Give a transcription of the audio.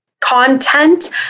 content